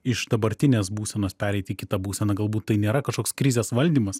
iš dabartinės būsenos pereiti į kitą būseną galbūt tai nėra kažkoks krizės valdymas